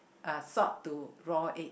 uh salt to raw egg